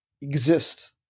exist